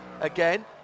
again